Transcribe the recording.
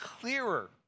clearer